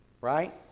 right